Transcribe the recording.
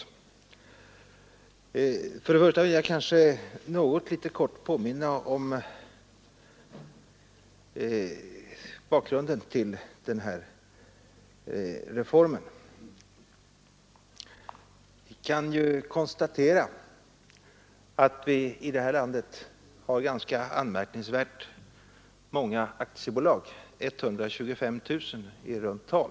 Nr 99 Först vill jag helt kortfattat påminna om bakgrunden till den här Torsdagen den EN 24 maj 1973 Vi kan konstatera att vi i vårt land har anmärkningsvärt många 55557 aktiebolag, 125 000 i runt tal.